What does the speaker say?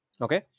Okay